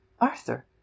Arthur